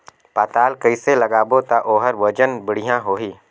पातल कइसे लगाबो ता ओहार वजन बेडिया आही?